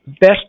best